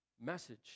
message